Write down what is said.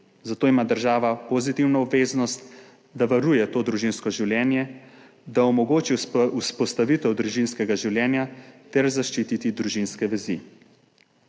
zato ima država pozitivno obveznost, da varuje to družinsko življenje, da omogoči vzpostavitev družinskega življenja ter zaščiti družinske vezi.